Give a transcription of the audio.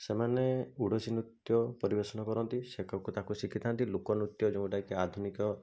ସେମାନେ ଓଡ଼ିଶୀ ନୃତ୍ୟ ପରିବେଷଣ କରନ୍ତି ସେତକ ତାଙ୍କୁ ଶିଖିଥାନ୍ତି ଲୋକ ନୃତ୍ୟ ଯୋଉଟାକି ଅଧୁନିକ